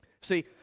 See